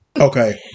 Okay